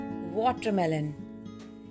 watermelon